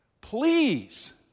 Please